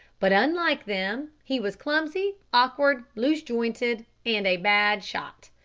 but, unlike them, he was clumsy, awkward, loose-jointed, and a bad shot.